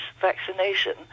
vaccination